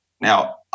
Now